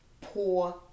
poor